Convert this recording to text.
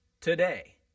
today